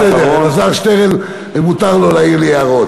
משפט אחרון.